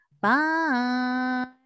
Bye